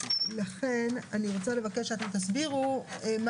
ולכן אני רוצה לבקש שאתם תסבירו מה